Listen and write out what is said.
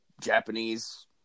Japanese